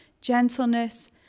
gentleness